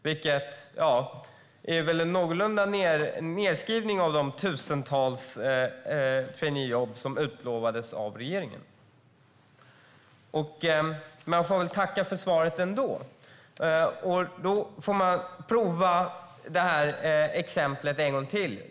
Det är väl en någorlunda nedskrivning av de tusentals traineejobb som utlovades av regeringen. Man får väl ändå tacka för svaret. Och då får man prova exemplet en gång till.